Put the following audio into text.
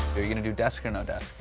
are you going to do desk or no desk?